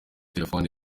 telefoni